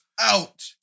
out